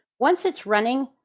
once it's running.